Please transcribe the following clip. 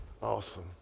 Awesome